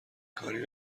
کاری